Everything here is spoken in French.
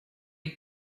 est